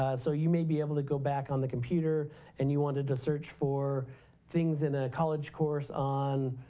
ah so you may be able to go back on the computer and you wanted to search for things in a college course on,